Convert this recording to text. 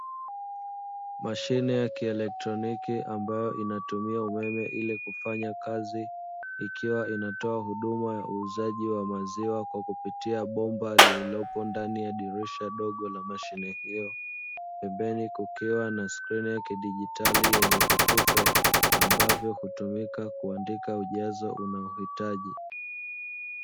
Mashine ya kielektroniki ambayo inatumia umeme ili kufanya kazi, ikiwa inatoa huduma ya uuzaji wa maziwa kwa kupitia bomba lililo ndani ya dirisha dogo la mashine hiyo. Pembeni kukiwa na skrini ya kidijitali yenye vitufe, ambavyo hutumika kuandika ujazo unaohitaji.